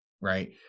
right